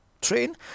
train